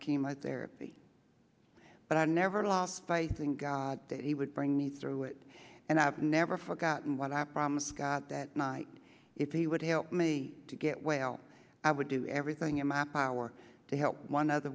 my therapy but i never lost faith in god that he would bring me through it and i've never forgotten what i promise god that night if he would help me to get well i would do everything in my power to help one other